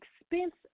expense